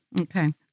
Okay